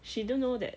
she do know that